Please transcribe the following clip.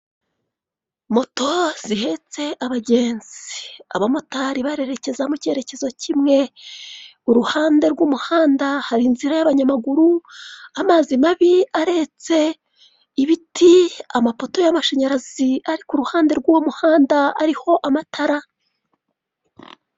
Moto zihetse abagenzi, abamotari barerekeza mu cyerekezo kimwe. Uruhande rw'umuhanda hari inzira y'abanyamaguru, amazi mabi aretse, ibiti, amapoto y'amashanyarazi ari ku ruhande rw'u muhanda ariho amatara.